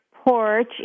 Porch